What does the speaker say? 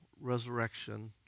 resurrection